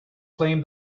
claim